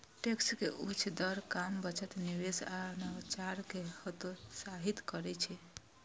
tax के उच्च दर काम, बचत, निवेश आ नवाचार कें हतोत्साहित करै छै